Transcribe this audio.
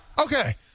Okay